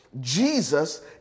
Jesus